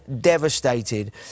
devastated